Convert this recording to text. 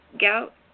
Gout